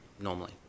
normally